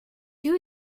two